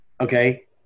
okay